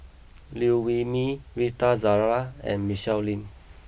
Liew Wee Mee Rita Zahara and Michelle Lim